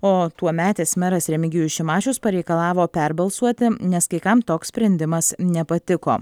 o tuometis meras remigijus šimašius pareikalavo perbalsuoti nes kai kam toks sprendimas nepatiko